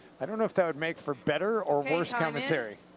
i don't know if that would make for better or worse commentary.